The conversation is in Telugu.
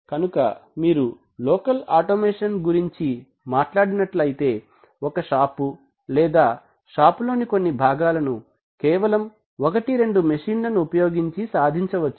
కనుక మీరు లోకల్ ఆటోమేషన్ గురించి మాట్లాడినట్లు అయితే ఒక షాపు లేదా షాపు లోని కొన్ని భాగాలను కేవలం ఒకటి రెండు మెషీన్ లను ఉపయోగించి సాధించవచ్చు